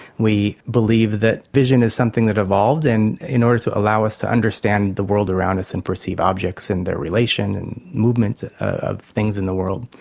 we believe that vision is something that evolved in in order to allow us to understand the world around us and perceive objects and their relation and movements of things in the world.